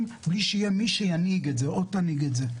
מבלי שיהיה מי שינהיג או תנהיג את זה,